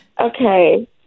Okay